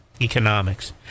economics